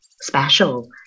special